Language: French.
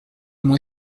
m’ont